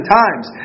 times